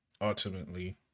ultimately